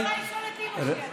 אני צריכה לשאול את אימא שלי.